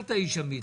ונשארת איש אמיץ.